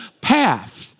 path